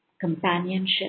companionship